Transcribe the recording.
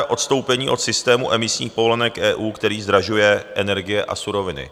Odstoupení od systému emisních povolenek EU, který zdražuje energie a suroviny.